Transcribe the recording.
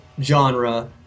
genre